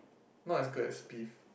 not as good as beef